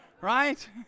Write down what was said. right